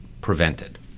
prevented